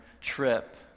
trip